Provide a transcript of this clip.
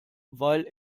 weil